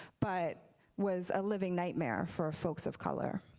but was a living nightmare for folks of color.